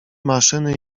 maszyny